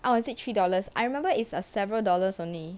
or is it three dollars I remember it's a several dollars only